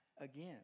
again